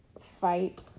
fight